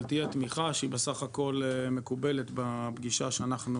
אבל תהיה תמיכה שהיא בסך הכול מקובלת בפגישה שאנחנו